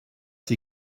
sie